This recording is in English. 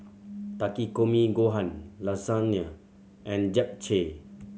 Takikomi Gohan Lasagne and Japchae